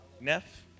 Neff